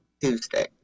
Tuesday